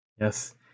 Yes